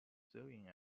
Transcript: sewing